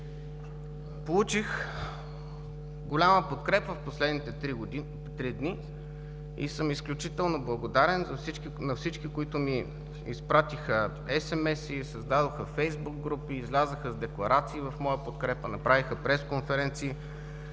Получих голяма подкрепа в последните три дни и съм изключително благодарен на всички, които ми изпратиха есемеси, създадоха фейсбук групи, излязоха с декларации в моя подкрепа, направиха пресконференции.